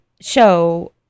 show